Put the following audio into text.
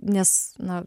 nes na